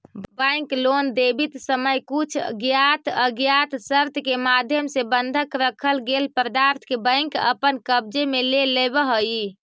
bank loan देवित समय कुछ ज्ञात अज्ञात शर्त के माध्यम से बंधक रखल गेल पदार्थ के बैंक अपन कब्जे में ले लेवऽ हइ